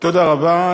תודה רבה.